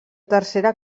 tercera